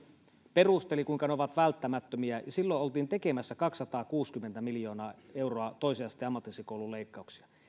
perusteli kuinka ne ovat välttämättömiä silloin oltiin tekemässä kaksisataakuusikymmentä miljoonaa euroa toisen asteen ammatillisen koulutuksen leikkauksia